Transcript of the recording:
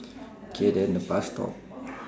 K then the bus stop